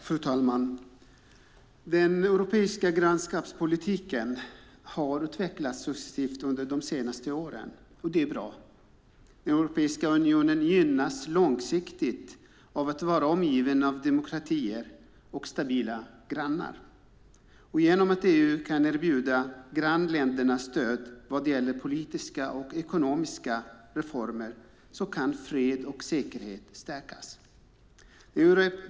Fru talman! Den europeiska grannskapspolitiken har utvecklats positivt under de senaste åren, och det är bra. Europeiska unionen gynnas långsiktigt av att vara omgiven av demokratier och stabila grannar. Genom att EU kan erbjuda grannländerna stöd vad gäller politiska och ekonomiska reformer kan fred och säkerhet stärkas.